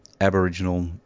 Aboriginal